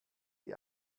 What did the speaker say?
die